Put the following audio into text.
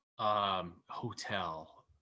Hotel